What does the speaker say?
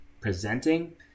presenting